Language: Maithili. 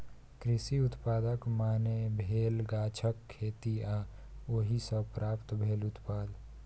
कृषि उत्पादक माने भेल गाछक खेती आ ओहि सँ प्राप्त भेल उत्पाद